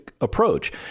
approach